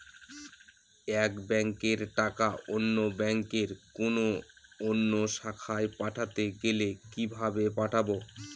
এক ব্যাংকের টাকা অন্য ব্যাংকের কোন অন্য শাখায় পাঠাতে গেলে কিভাবে পাঠাবো?